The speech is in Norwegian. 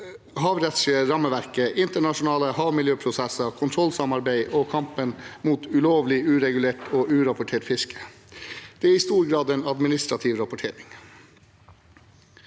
havrettslige rammeverket, internasjonale havmiljøprosesser, kontrollsamarbeid og kampen mot ulovlig, uregulert og urapportert fiske. Det er i stor grad en administrativ rapportering.